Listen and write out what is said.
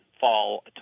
fall